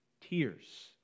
tears